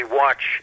watch